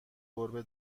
گربه